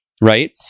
right